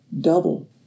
double